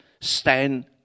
Stand